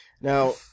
Now